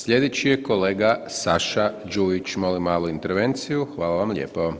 Sljedeće je kolega Saša Đujić, molim malu intervenciju, hvala vam lijepo.